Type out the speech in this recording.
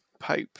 Pope